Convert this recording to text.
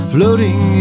Floating